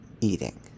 eating